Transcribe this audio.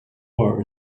厄尔